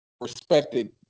respected